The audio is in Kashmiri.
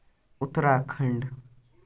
اُتراکھنڈ